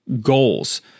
goals